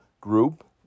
group